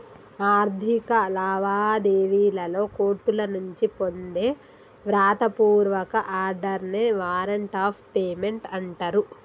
ఆర్థిక లావాదేవీలలో కోర్టుల నుంచి పొందే వ్రాత పూర్వక ఆర్డర్ నే వారెంట్ ఆఫ్ పేమెంట్ అంటరు